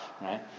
right